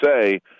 say –